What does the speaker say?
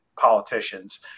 politicians